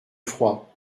froid